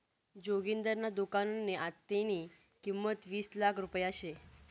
जोगिंदरना दुकाननी आत्तेनी किंमत वीस लाख रुपया शे